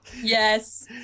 Yes